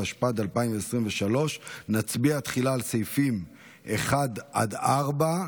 התשפ"ד 2023. נצביע תחילה על סעיפים 1 4,